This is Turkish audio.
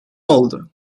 oldu